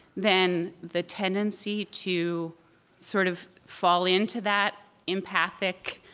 then the tendency to sort of fall into that empathic